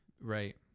Right